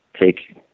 take